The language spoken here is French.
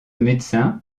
médecin